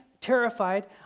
terrified